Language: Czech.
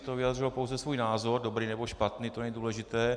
To vyjádřilo pouze svůj názor, dobrý nebo špatný, to není důležité.